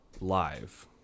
live